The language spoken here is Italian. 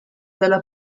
della